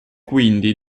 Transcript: quindi